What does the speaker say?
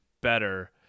better